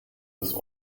des